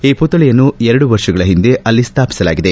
ಈ ಪುತ್ಥಳಿಯನ್ನು ಎರಡು ವರ್ಷಗಳ ಹಿಂದೆ ಅಲ್ಲಿ ಸ್ಥಾಪಿಸಲಾಗಿದೆ